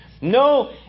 No